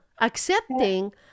accepting